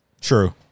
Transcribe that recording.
True